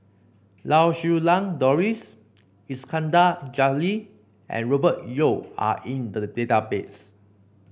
Lau Siew Lang Doris Iskandar Jalil and Robert Yeo are in the database